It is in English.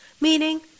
Meaning